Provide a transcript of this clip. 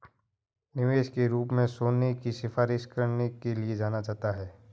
निवेश के रूप में सोने की सिफारिश करने के लिए जाना जाता है